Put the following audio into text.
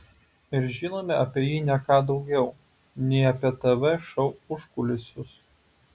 ir žinome apie jį ne ką daugiau nei apie tv šou užkulisius